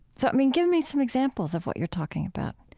so i mean, give me some examples of what you're talking about.